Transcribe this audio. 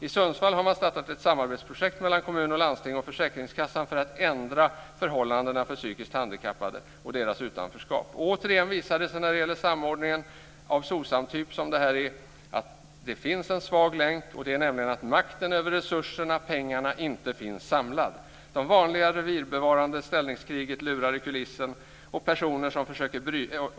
I Sundsvall har man startat ett samarbetsprojekt mellan kommun, landsting och försäkringskassa för att förändra förhållandena för psykiskt handikappade och förändra deras utanförskap. Återigen visar det sig när det gäller samordning av SOCSAM-typ, som detta är, att det finns en svag länk, nämligen att makten över resurserna/pengarna inte finns samlad. Det vanliga revirbevarande ställningskriget lurar i kulissen.